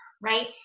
right